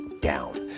down